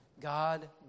God